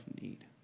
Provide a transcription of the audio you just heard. need